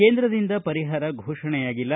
ಕೇಂದ್ರದಿಂದ ಪರಿಹಾರ ಫೋಷಣೆಯಾಗಿಲ್ಲ